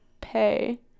pay